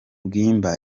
bwimba